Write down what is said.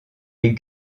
les